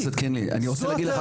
חבר הכנסת קינלי, אני שואל אותך